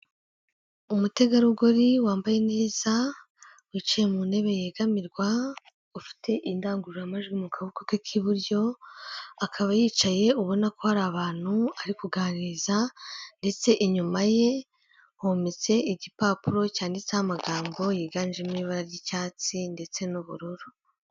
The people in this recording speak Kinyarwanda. Umutegarugori wambaye neza wicaye mu ntebe yegamirwa ufite indangururamajwi mu kaboko ke k'iburyo, akaba yicaye ubona ko hari abantu ari kuganiriza ndetse inyuma ye hometse igipapuro cyanditseho amagambo yiganjemo ibara ry'icyatsi ndetse n'ubururu.